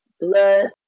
blood